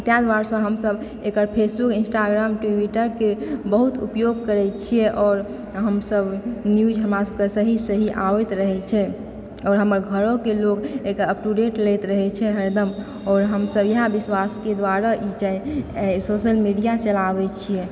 ताहि दुआरेसँ हम सभ एकर फेसबुक इन्स्टाग्राम ट्विटर के बहुत उपयोग करै छियै आओर हमसभ न्यूज हमरा सभके सही सही आबैत रहै छै आओर हमर घरो के लोक एकर उप टू डेट लैत रहै छै हरदम आओर हमसभ इएह विश्वास के दुआर ई चाहै सोशल मीडिया चलाबै छियै